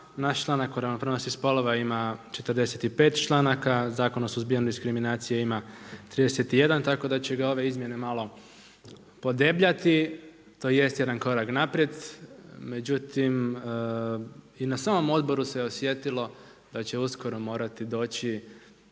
naš članak o ravnopravnost spolova ima 45 članaka, Zakon o suzbijanju diskriminacije ima 31 tako da će ga ove izmjene malo podebljati, tj. jedan korak naprijed, međutim i na samom odboru se osjetilo da će uskoro morati doći